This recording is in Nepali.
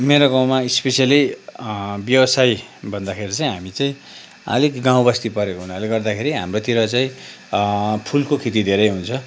मेरो गाउँमा स्पेसियल्ली व्यवसाय भन्दाखेरि चाहिँ हामी चाहिँ अलिक गाउँबस्ती परेको हुनाले गर्दाखेरि हाम्रोतिर चाहिँ फुलको खेती धेरै हुन्छ